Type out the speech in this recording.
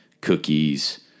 cookies